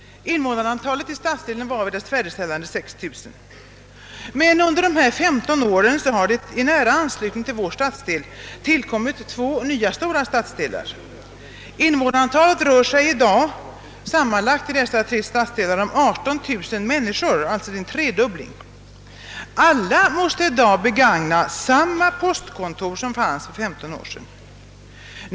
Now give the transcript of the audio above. Invånarantalet i stadsdelen var vid dess färdigställande omkring 6 000. Men under dessa femton år har det i nära anslutning till vår stadsdel tillkommit två nya stora stadsdelar. Invånarantalet i dessa tre stadsdelar är i dag sammanlagt 18 000 människor, alltså en tredubbling. Alla dessa måste i dag begagna det postkontor som fanns redan för femton år sedan.